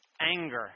anger